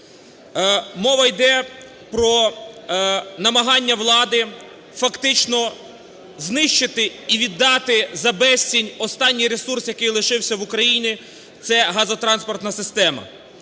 Мова йде про намагання влади фактично знищити і віддати за безцінь останній ресурс, який лишився в Україні – це газотранспортна система.